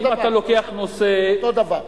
אם אתה לוקח נושא, אותו דבר.